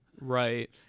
right